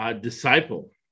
disciple